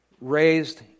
raised